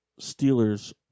Steelers